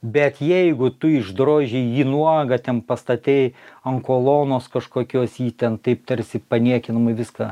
bet jeigu tu išdroži jį nuogą ten pastatai ant kolonos kažkokios jį ten taip tarsi paniekinamai viską